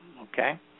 Okay